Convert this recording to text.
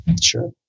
sure